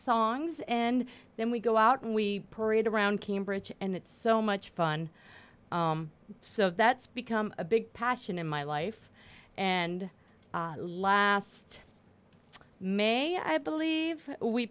songs and then we go out and we parade around cambridge and it's so much fun so that's become a big passion in my life and last may i believe we